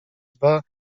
dwa